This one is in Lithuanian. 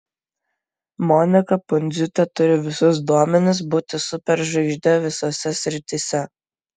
monika pundziūtė turi visus duomenis būti superžvaigžde visose srityse